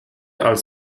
als